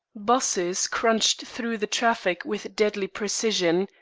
buses crunched through the traffic with deadly precision,